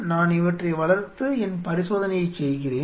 நான் இவற்றை வளர்த்து என் பரிசோதனையைச் செய்கிறேன்